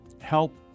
help